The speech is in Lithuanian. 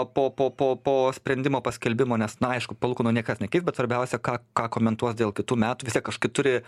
po po po po sprendimo paskelbimo nes na aišku palūkanų niekas nekeis bet svarbiausia ką ką komentuos dėl kitų metų vis tiek kažkokį turi